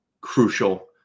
crucial